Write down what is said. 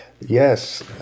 yes